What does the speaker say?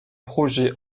projet